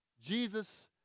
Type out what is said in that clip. Jesus